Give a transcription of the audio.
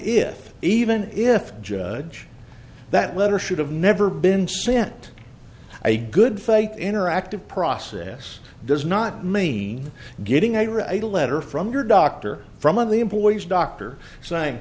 if even if judge that letter should have never been sent a good faith interactive process does not mean getting a write a letter from your doctor from of the employer's doctor saying